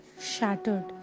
shattered